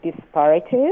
disparities